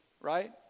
Right